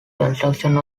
construction